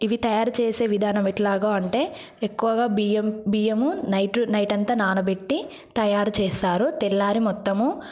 ఇవి తయారు చేసే విధానంలో ఎట్లాగ అంటే ఎక్కువగా బియ్యము బియ్యము నైట్ నైట్ అంతా నానబెట్టి తయారు చేస్తారు తెల్లారి మొత్తము